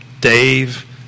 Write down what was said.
Dave